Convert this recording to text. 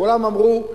כולם אמרו: